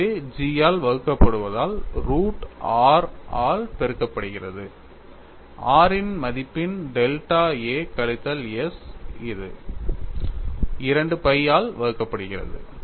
எனவே G ஆல் வகுக்கப்படுவதால் ரூட் r ஆல் பெருக்கப்படுகிறது r இன் மதிப்பின் டெல்டா a கழித்தல் s இது 2 pi ஆல் வகுக்கப்படுகிறது